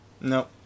No